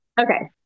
Okay